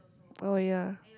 oh ya